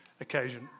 occasion